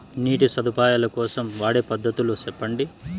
నీటి పారుదల కోసం వాడే పద్ధతులు సెప్పండి?